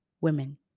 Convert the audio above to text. women